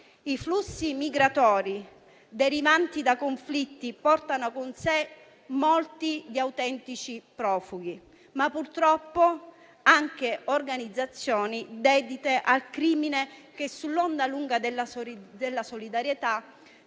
I flussi migratori derivanti da conflitti portano con sé molti autentici profughi, ma purtroppo anche organizzazioni dedite al crimine che, sull'onda lunga della solidarietà,